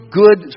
good